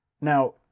Now